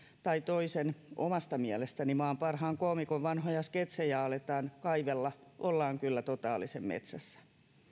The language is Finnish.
tai toisen omasta mielestäni maan parhaan koomikon vanhoja sketsejä aletaan kaivella ollaan kyllä totaalisen metsässä